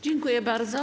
Dziękuję bardzo.